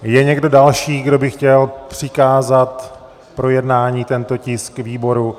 Je někdo další, kdo by chtěl přikázat k projednání tento tisk výboru?